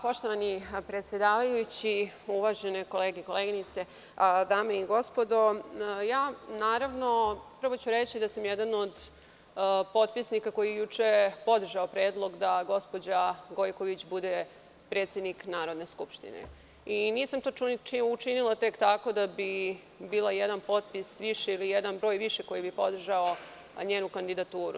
Poštovani predsedavajući, uvažene kolege i koleginice, dame i gospodo, prvo ću reći da sam jedan od potpisnika koji je juče podržao predlog da gospođa Gojković bude predsednik Narodne skupštine i nisam to učinila tek tako da bi bio jedan potpis više ili jedan broj više koji bi podržao njenu kandidaturu.